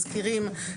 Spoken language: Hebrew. מזכירים,